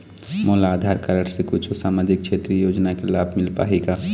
मोला आधार कारड से कुछू सामाजिक क्षेत्रीय योजना के लाभ मिल पाही का?